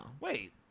Wait